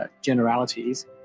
Generalities